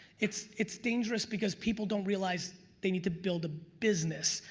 it's it's dangerous because people don't realize they need to build a business,